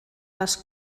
les